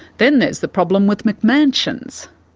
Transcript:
then there's the problem with mcmansions.